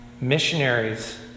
missionaries